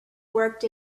worked